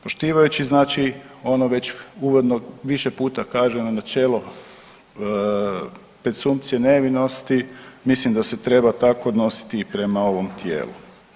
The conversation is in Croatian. Poštivajući ono već uvodno više puta kaženo načelo presumpcije nevinosti, mislim da se treba tako odnositi i prema ovom tijelu.